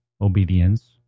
obedience